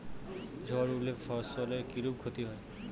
ঝড় উঠলে ফসলের কিরূপ ক্ষতি হয়?